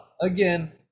again